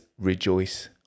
rejoice